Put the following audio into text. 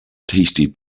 tasty